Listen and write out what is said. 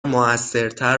موثرتر